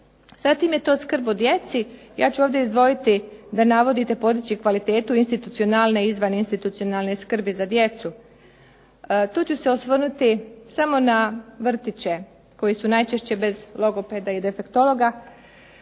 Zatim je to skrb o djeci. Ja ću ovdje izdvojiti da navodite područje i kvalitetu institucionalne i izvaninstitucionalne skrbi za djecu. Tu ću se osvrnuti samo na vrtiće koji su najčešće bez logopeda i defektologa.